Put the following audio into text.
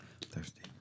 thirsty